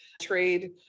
trade